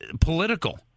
political